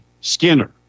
Skinner